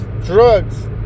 Drugs